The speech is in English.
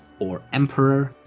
or emperor,